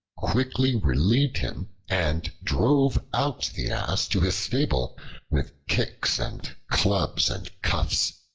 quickly relieved him, and drove out the ass to his stable with kicks and clubs and cuffs.